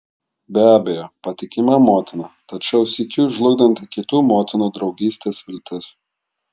be abejo patikima motina tačiau sykiu žlugdanti kitų motinų draugystės viltis